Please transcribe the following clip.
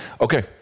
Okay